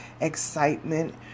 excitement